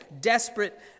desperate